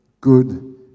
good